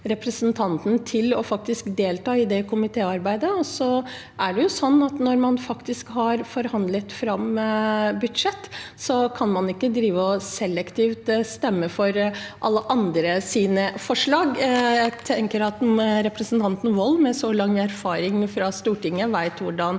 til å delta i det komitéarbeidet. Så er det jo sånn at når man har forhandlet fram et budsjett, kan man ikke drive med selektivt å stemme for alle andres forslag. Jeg tenker at representanten Wold med så lang erfaring fra Stortinget vet hvordan